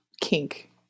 kink